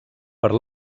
per